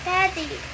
Daddy